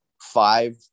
five